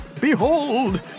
behold